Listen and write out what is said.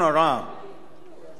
הקיים היום,